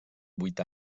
vuit